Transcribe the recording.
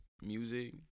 music